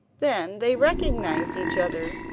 then they recognised each other,